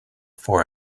for